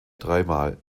dreimal